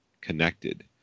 connected